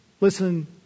Listen